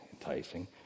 enticing